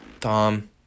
Tom